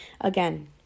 again